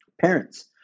parents